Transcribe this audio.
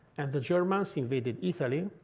and the germans invaded italy.